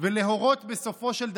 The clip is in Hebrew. ושמו אותן.